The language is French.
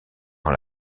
dans